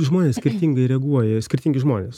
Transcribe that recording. žmonės skirtingai reaguoja skirtingi žmonės